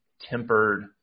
tempered